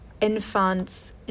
infants